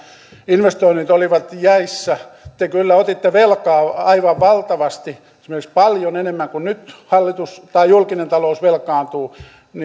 investoinnit olivat jäissä te kyllä otitte velkaa aivan valtavasti esimerkiksi paljon enemmän kuin nyt julkinen talous velkaantuu